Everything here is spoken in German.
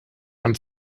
und